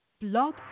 Blog